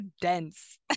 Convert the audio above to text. dense